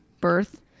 birth